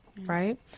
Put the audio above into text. right